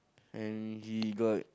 and he got